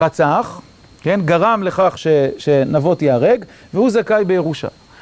רצח, כן, גרם לכך שנבות יהרג, והוא זכאי בירושה.